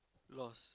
lost